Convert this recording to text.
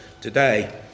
today